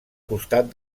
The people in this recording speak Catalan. costat